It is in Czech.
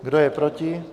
Kdo je proti?